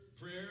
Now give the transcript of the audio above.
prayer